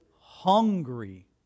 hungry